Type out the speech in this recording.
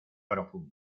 profunda